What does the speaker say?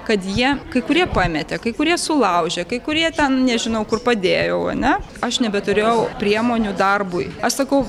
kad jie kai kurie pametė kai kurie sulaužė kai kurie ten nežinau kur padėjau ane aš nebeturėjau priemonių darbui aš sakau